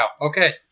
Okay